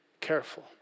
careful